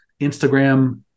Instagram